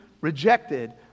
rejected